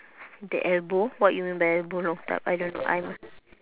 the elbow what you mean by elbow long type I don't know I'm